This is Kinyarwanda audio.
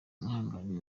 mwihangane